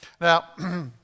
Now